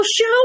show